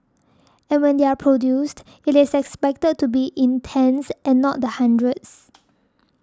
and when they are produced it is expected to be in tens and not the hundreds